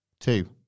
Two